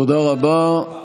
תודה רבה.